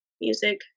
music